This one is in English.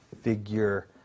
figure